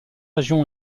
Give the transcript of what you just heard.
région